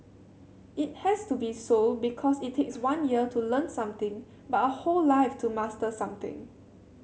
it has to be so because it takes one year to learn something but a whole life to master something